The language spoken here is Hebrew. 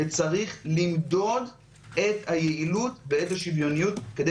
וצריך למדוד את היעילות ואת השוויוניות כדי